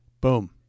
boom